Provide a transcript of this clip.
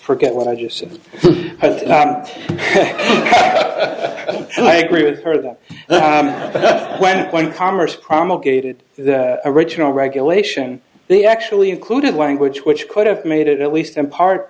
forget what i just said and i agree with her that but when one commerce promulgated the original regulation they actually included language which could have made it at least in part